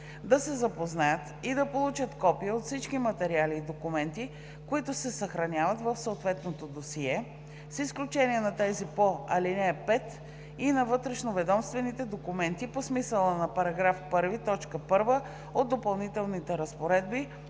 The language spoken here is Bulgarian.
да се запознаят и да получат копия от всички материали и документи, които се съхраняват в съответното досие, с изключение на тези по ал. 5 и на вътрешноведомствените документи по смисъла на § 1, т. 1 от допълнителните разпоредби